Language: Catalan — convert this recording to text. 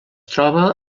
troba